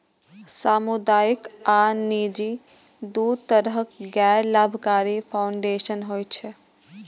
सामुदायिक आ निजी, दू तरहक गैर लाभकारी फाउंडेशन होइ छै